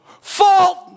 Fault